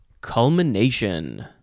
Culmination